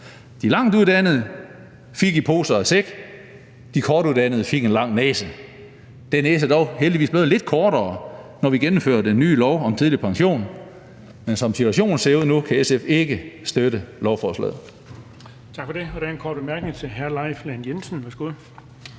De langtuddannede fik i pose og sæk, de kortuddannede fik en lang næse. Den næse er dog heldigvis blevet lidt kortere, når vi gennemfører den nye lov om tidlig pension, men som situationen ser ud nu, kan SF ikke støtte lovforslaget.